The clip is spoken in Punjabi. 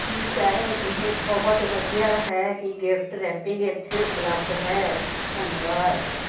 ਠੀਕ ਹੈ ਇਹ ਬਹੁਤ ਵਧੀਆ ਹੈ ਕਿ ਗਿਫਟ ਰੈਪਿੰਗ ਇੱਥੇ ਉਪਲਬਧ ਹੈ ਧੰਨਵਾਦ